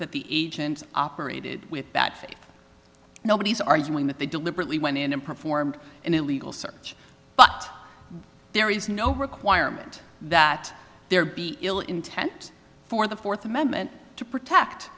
that the agent operated with bad faith nobody's arguing that they deliberately went in and performed an illegal search but there is no requirement that there be ill intent for the fourth amendment to protect